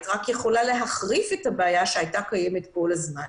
רק יכולה להחריף את הבעיה שהייתה קיימת כל הזמן,